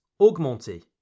augmenter